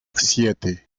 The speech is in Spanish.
siete